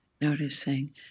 Noticing